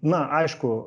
na aišku